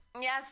yes